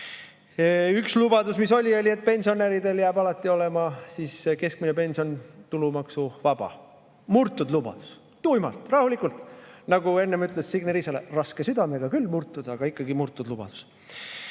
Üks lubadus oli see, et pensionäridel jääb alati keskmine pension tulumaksuvabaks. Murtud lubadus – tuimalt, rahulikult! Nagu enne ütles Signe Riisalo, küll raske südamega murtud, aga ikkagi murtud lubadus.